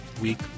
week